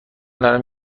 دارم